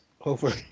over